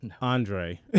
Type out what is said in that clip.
Andre